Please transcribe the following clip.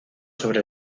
sobre